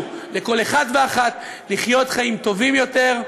לכל אחד ואחת לחיות חיים טובים יותר,